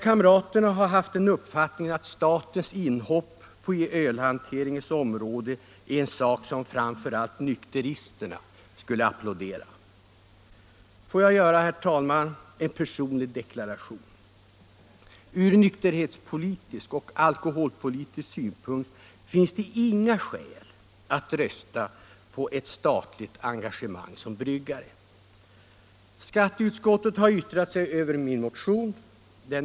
De har haft uppfattningen att statens inhopp på ölhanteringens område är något som framför allt 181 nykteristerna skulle applådera. Får jag, herr talman, göra en personlig deklaration: Från nykterhetspolitiska och alkoholpolitiska synpunkter finns det inga skäl att rösta på ett statligt engagemang som bryggare. Skatteutskottet har yttrat sig över min motion.